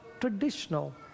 traditional